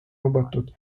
lubatud